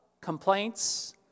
complaints